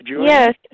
Yes